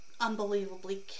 unbelievably